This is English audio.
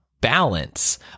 balance